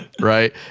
Right